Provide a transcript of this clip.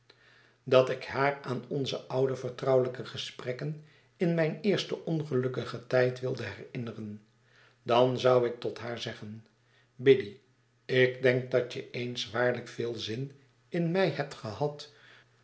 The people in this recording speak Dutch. dat ik haar aan onze oude vertrouwelijjke gesprekken in mijn eersten ongelukkigen tijd wilde herinneren dan zou ik tot haar zeggen biddy ik denk dat je eens waarlijk veel zin in mij hebt gehad